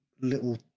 little